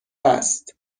است